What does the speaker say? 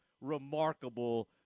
remarkable